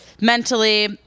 mentally